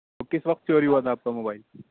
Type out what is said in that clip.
کس وقت چوری ہوا تھا آپ کا موبائل